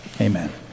Amen